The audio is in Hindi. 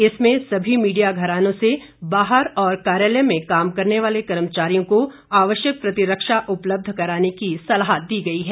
इसमें सभी मीडिया घरानों से बाहर और कार्यालय में काम करने वाले कर्मचारियों को आवश्यक प्रतिरक्षा उपलब्ध कराने की सलाह दी गई है